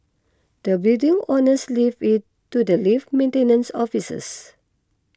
the building owners leave it to the lift maintenance officers